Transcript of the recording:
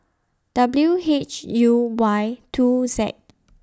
W H U Y two Z